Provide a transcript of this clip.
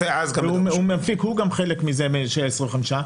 והוא גם מחלק מזה שהיה 25,